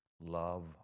love